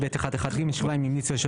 ולאחר סעיף (ב1)(1)(ב) יבוא סעיף (ב1)(1)(ג) שיקבע 'אם המליץ היועץ